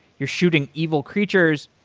you're shooting evil creatures.